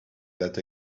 that